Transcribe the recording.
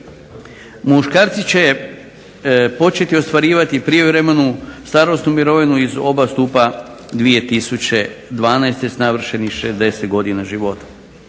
Muškarci će početi ostvarivati prijevremenu starosnu mirovinu iz oba stupa 2012. s navršenih 60 godina života.